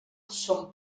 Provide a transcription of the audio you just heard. són